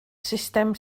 sustem